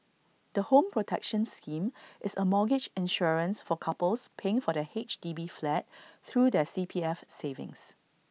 the home protection scheme is A mortgage insurance for couples paying for their H D B flat through their C P F savings